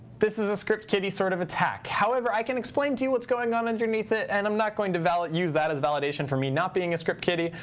this is a script kiddie sort of attack. however, i can explain to you what's going on underneath it, and i'm not going to use use that as validation for me not being a script kiddie.